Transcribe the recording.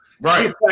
Right